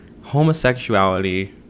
homosexuality